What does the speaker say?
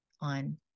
on